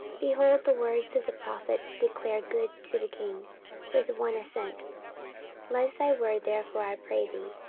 behold, the words of the prophets declare good to the king with one assent let thy word therefore, i pray thee,